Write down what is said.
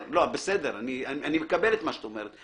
בסדר, אני מקבל את מה שאת אומרת.